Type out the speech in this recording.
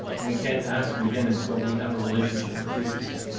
we can't ask him again until we have a relationship with jesus.